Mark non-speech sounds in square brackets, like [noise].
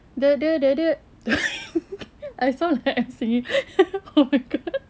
dia dia dia dia [laughs] I sound like I'm singing [laughs] oh my god